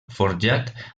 forjat